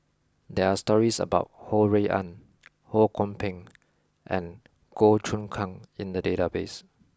there are stories about Ho Rui An Ho Kwon Ping and Goh Choon Kang in the database